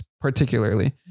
particularly